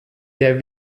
der